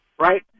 right